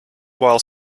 while